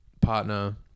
partner